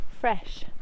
fresh